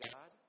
God